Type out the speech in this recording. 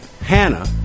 Hannah